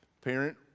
parent